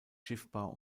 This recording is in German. schiffbar